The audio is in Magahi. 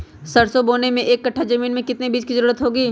सरसो बोने के एक कट्ठा जमीन में कितने बीज की जरूरत होंगी?